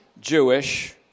Jewish